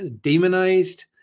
demonized